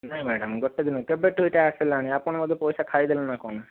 ନାଇଁ ମ୍ୟାଡ଼ାମ ଗୋଟିଏ ଦିନ କେବେଠୁ ଏଇଟା ଆସିଲାଣି ଆପଣ ବୋଧେ ପଇସା ଖାଇଦେଲେ ନା କ'ଣ